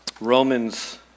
Romans